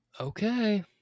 Okay